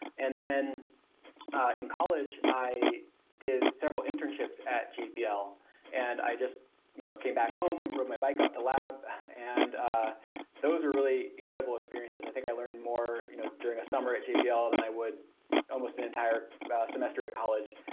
and then in college i did several internships at jpl and i just you know came back home, rode my bike up to lab and those are really incredible experiences i think i learned more you know during a summer at jpl than i would almost an entire semester at college.